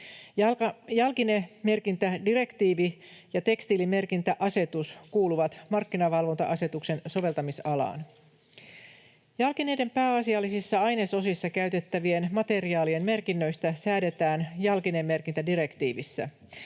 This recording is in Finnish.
Jalkinemerkintädirektiivi ja tekstiilimerkintäasetus kuuluvat markkinavalvonta-asetuksen soveltamisalaan. Jalkineiden pääasiallisissa ainesosissa käytettävien materiaalien merkinnöistä säädetään jalkinemerkintädirektiivissä.